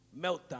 Meltdown